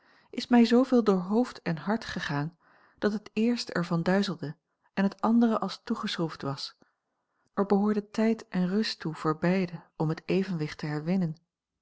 is mij zooveel door hoofd en hart gegaan dat het eerste er van duizelde en het andere als toegeschroefd was er behoorde tijd en rust toe voor beide om het evenwicht te herwinnen